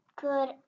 good